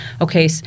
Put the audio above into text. okay